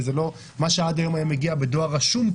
מה שעד היום היה מגיע בדואר רשום,